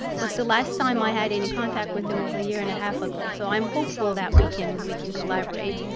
but the last time i had any contact with him was a year and a half ago. so i am hopeful that we can we can collaborate.